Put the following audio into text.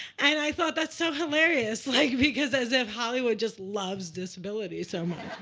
and i thought, that's so hilarious. like, because as if hollywood just loves disability so much.